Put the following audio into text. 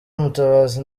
mutabazi